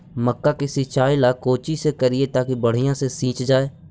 मक्का के सिंचाई ला कोची से करिए ताकी बढ़िया से सींच जाय?